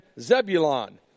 Zebulon